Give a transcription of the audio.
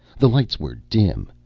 the lights were dim.